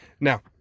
Now